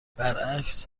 برعکس